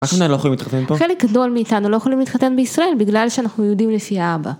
רק מנהל לא יכולים להתחתן פה? חלק גדול מאיתנו לא יכולים להתחתן בישראל בגלל שאנחנו יהודים לפי האבא.